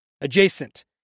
Adjacent